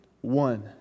one